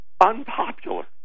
unpopular